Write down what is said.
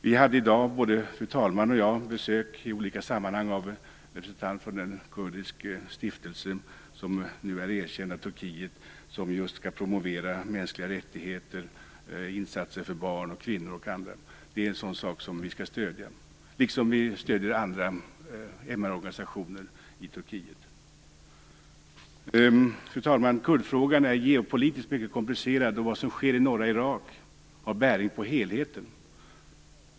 Vi hade i dag, både fru talmannen och jag, besök i olika sammanhang av en representant för den kurdiska stiftelse som nu är erkänd av Turkiet och som skall premiera just insatser för mänskliga rättigheter samt insatser för barn, kvinnor och andra. Det är en sådan sak som vi skall stödja, liksom vi stöder andra MR Fru talman! Kurdfrågan är geopolitiskt mycket komplicerad. Vad som sker i norra Irak har bäring på helheten.